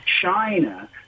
China